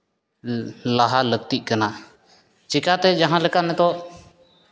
ᱞᱟᱦᱟ ᱞᱟᱹᱠᱛᱤᱜ ᱠᱟᱱᱟ ᱪᱤᱠᱟᱹᱛᱮ ᱡᱟᱦᱟᱸ ᱞᱮᱠᱟ ᱱᱤᱛᱚᱜ